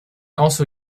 also